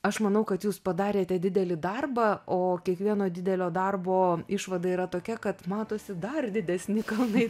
aš manau kad jūs padarėte didelį darbą o kiekvieno didelio darbo išvada yra tokia kad matosi dar didesni kalnai